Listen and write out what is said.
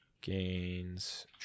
gains